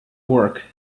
work